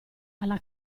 alla